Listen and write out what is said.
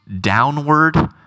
downward